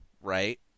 right